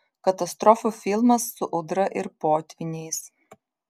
katastrofų filmas su audra ir potvyniais